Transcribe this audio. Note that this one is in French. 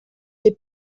est